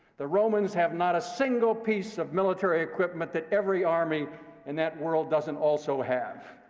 the romans have not a single piece of military equipment that every army in that world doesn't also have.